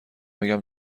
بگم